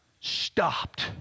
stopped